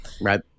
Right